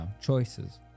choices